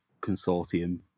consortium